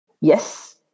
yes